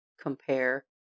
compare